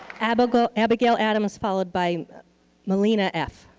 abigail abigail adams followed by malina f.